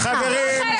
--- חברים.